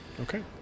Okay